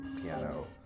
piano